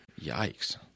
Yikes